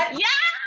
yes.